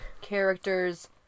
characters